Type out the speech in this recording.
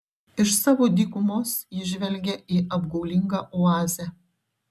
iš savo dykumos ji žvelgia į apgaulingą oazę